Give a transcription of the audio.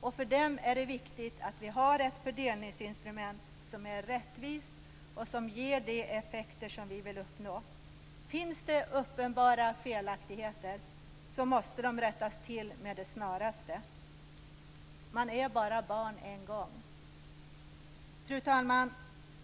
och för dem är det viktigt att vi har ett fördelningsinstrument som är rättvist och som ger de effekter som vi vill uppnå. Finns det uppenbara felaktigheter måste de rättas till med det snaraste. Man är bara barn en gång. Fru talman!